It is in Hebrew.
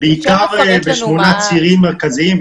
בעיקר בשמונה צירים מרכזיים,